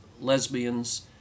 lesbians